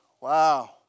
Wow